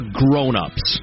grown-ups